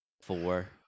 four